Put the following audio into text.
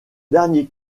dernier